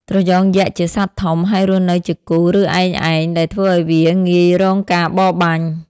ត្រយងយក្សជាសត្វធំ ហើយរស់នៅជាគូ ឬឯកឯង ដែលធ្វើឲ្យវាងាយរងការបរបាញ់។